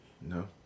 No